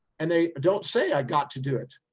and they don't say i got to do it.